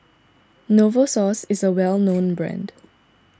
Novosource is a well known brand